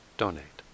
donate